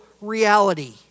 reality